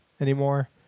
anymore